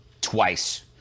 twice